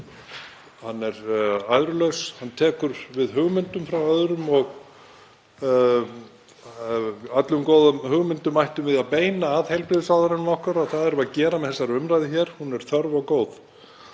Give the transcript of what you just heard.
hann vera æðrulaus. Hann tekur við hugmyndum frá öðrum, og öllum góðum hugmyndum ættum við að beina að heilbrigðisráðherrann okkar og það erum við að gera með þessari umræðu. Hún er þörf og góð.